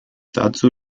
dazu